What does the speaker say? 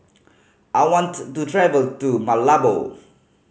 I want to travel to Malabo